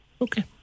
Okay